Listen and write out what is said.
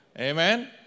Amen